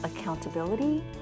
accountability